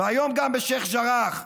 והיום גם בשייח' ג'ראח,